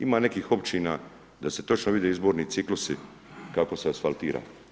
Ima nekih općina da se točno vide izborni ciklusi kako se asfaltira.